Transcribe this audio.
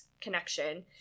connection